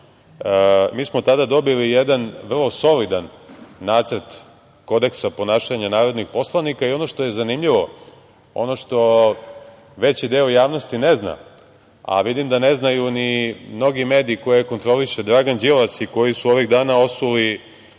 Mi smo tada dobili jedan vrlo solidan nacrt kodeksa ponašanja narodnih poslanika i ono što je zanimljivo, ono što veći deo javnosti ne zna, a vidim da ne znaju ni mnogi mediji koje kontroliše Dragan Đilas i koji su ovih dana osuli